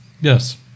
Yes